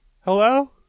Hello